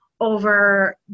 over